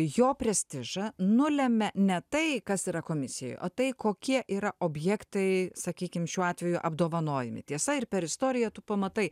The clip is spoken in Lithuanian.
jo prestižą nulemia ne tai kas yra komisijoj o tai kokie yra objektai sakykim šiuo atveju apdovanojami tiesa ir per istoriją tu pamatai